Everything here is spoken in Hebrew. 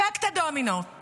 אפקט הדומינו,